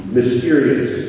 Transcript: mysterious